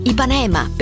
Ipanema